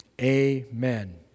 Amen